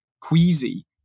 queasy